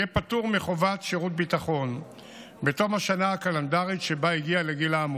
יהיה פטור מחובת שירות ביטחון בתום השנה הקלנדרית שבה הגיע לגיל האמור.